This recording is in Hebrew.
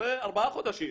אחרי ארבעה חודשים,